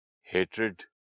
Hatred